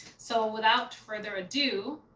so without further ado,